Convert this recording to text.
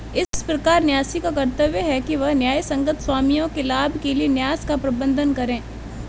इस प्रकार न्यासी का कर्तव्य है कि वह न्यायसंगत स्वामियों के लाभ के लिए न्यास का प्रबंधन करे